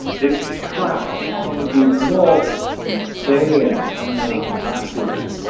which traps army group north in estonia and northern latvia.